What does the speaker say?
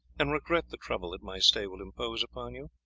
and regret the trouble that my stay will impose upon you.